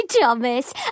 Thomas